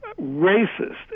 racist